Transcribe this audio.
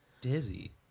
Dizzy